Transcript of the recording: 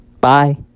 Bye